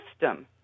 system